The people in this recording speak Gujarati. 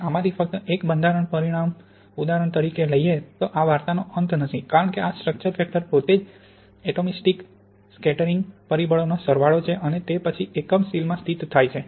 તેથી આમાંથી ફક્ત એક બંધારણ પરિબળ ઉદાહરણ તરીકે લઈએ તો આ વાર્તાનો અંત નથી કારણ કે આ સ્ટ્રક્ચર ફેક્ટર પોતે જ પછી એટોમિસ્ટિક સ્કેટરિંગ પરિબળોનો સરવાળો છે અને તે પછી એકમ સેલમાં સ્થિતિ થાય